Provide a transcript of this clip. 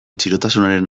txirotasunaren